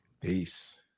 Peace